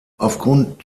aufgrund